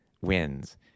wins